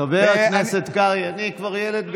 חבר הכנסת קרעי, אני כבר ילד גדול.